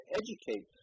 educate